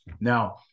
now